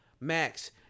Max